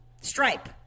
Stripe